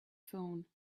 phone